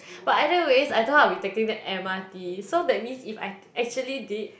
but either ways I told her I'll be taking the m_r_t so that means if I actually did